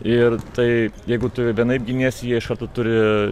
ir tai jeigu tu vienaip giniesi jie iš karto turi